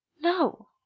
no